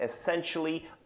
essentially